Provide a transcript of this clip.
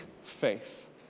faith